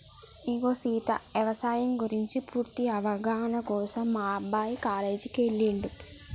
ఇగో సీత యవసాయం గురించి పూర్తి అవగాహన కోసం మా అబ్బాయి కాలేజీకి ఎల్లిండు